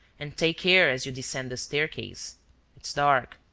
and take care as you descend the staircase it's dark.